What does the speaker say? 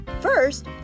first